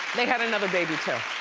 they have another baby too.